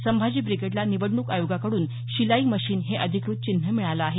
संभाजी ब्रिगेडला निवडणूक आयोगाकडून शिलाई मशीन हे अधिकृत चिन्ह मिळालं आहे